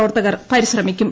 പ്രവർത്തകർ പരിശ്രമിക്കും